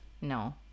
No